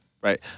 Right